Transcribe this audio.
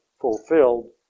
fulfilled